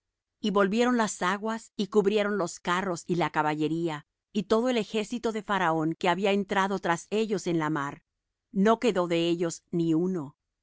y volvieron las aguas y cubrieron los carros y la caballería y todo el ejército de faraón que había entrado tras ellos en la mar no quedó de ellos ni uno